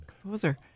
composer